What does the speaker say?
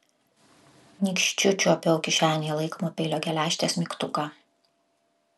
nykščiu čiuopiau kišenėje laikomo peilio geležtės mygtuką